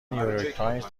نیویورکتایمز